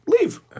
Leave